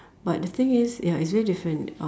but the thing is ya it's very different uh